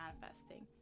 manifesting